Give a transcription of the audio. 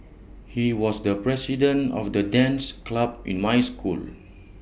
he was the president of the dance club in my school